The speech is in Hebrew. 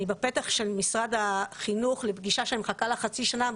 אני בפתח של משרד החינוך לפגישה שאני מחכה לה חצי שנה.